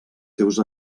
seus